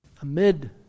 amid